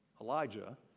Elijah